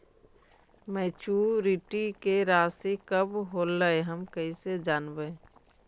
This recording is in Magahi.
मैच्यूरिटी के रासि कब होलै हम कैसे जानबै?